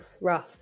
rough